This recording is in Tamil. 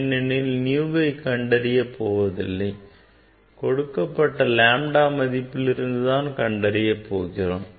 ஏனெனில் nu வை கண்டறியப் போவதில்லை கொடுக்கப்பட்ட lambda மதிப்பில் இருந்து தான் கண்டறிய போகிறோம்